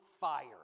fire